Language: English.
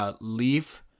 leave